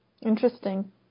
Interesting